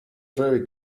very